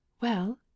Well